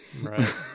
Right